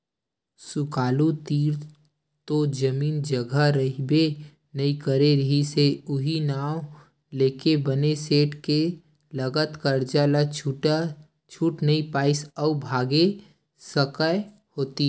सुकालू तीर तो जमीन जघा रहिबे नइ करे रिहिस हे उहीं नांव लेके बने सेठ के लगत करजा ल छूट नइ पाइस अउ भगागे सहर कोती